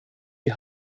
die